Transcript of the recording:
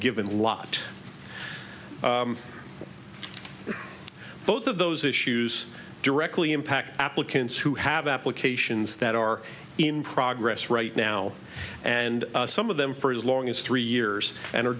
given lot both of those issues directly impact applicants who have applications that are in progress right now and some of them for as long as three years and